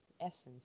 essence